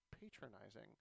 patronizing